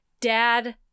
Dad